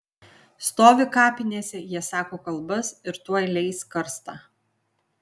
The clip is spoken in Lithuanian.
stovi kapinėse jie sako kalbas ir tuoj leis karstą